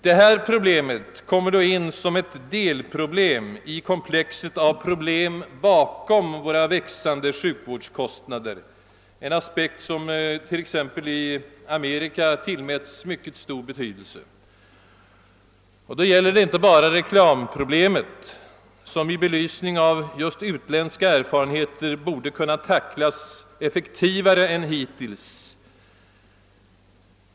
Detta problem kommer då in som ett delproblem i komplexet av problem bakom våra växande sjukvårdskostnader, en aspekt som t.ex. i Amerika tillmätts mycket stor betydelse. Då gäller det inte bara reklamproblemet, som just i belysning av utländska erfarenheter borde kunna tacklas effektivare än hittills.